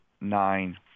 nine